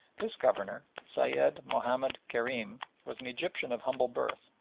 this governor, sayed mahomed kerim, was an egyptian of humble birth,